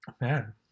Man